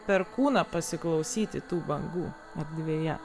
per kūną pasiklausyti tų bangų erdvėje